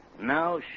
Now